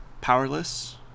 powerless